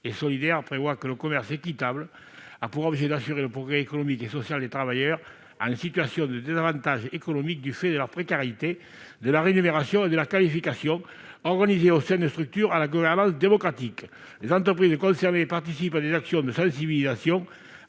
et solidaire prévoit que le commerce équitable a pour objet d'assurer le progrès économique et social des travailleurs en situation de désavantage économique, du fait de leur précarité, de leur rémunération et de leur qualification, organisés au sein de structures à la gouvernance démocratique. Les entreprises concernées participent à des actions de sensibilisation